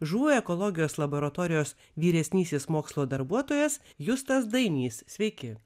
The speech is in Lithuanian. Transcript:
žuvų ekologijos laboratorijos vyresnysis mokslo darbuotojas justas dainys sveiki